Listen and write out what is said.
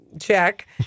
Check